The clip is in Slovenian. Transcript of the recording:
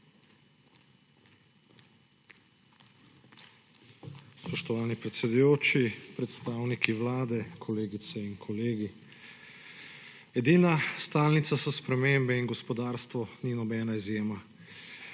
Spoštovani predsedujoči, predstavniki Vlade, kolegice in kolegi! Edina stalnica so spremembe in gospodarstvo ni nobena izjema.